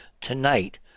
tonight